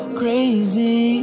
crazy